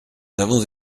avons